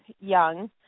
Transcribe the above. Young